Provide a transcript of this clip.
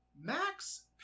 Max